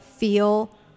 feel